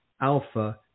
alpha